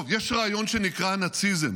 טוב, יש רעיון שנקרא הנאציזם.